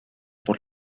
por